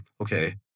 okay